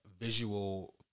visual